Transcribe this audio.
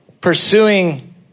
pursuing